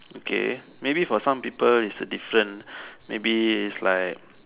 okay maybe for some people is a different maybe is like